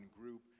group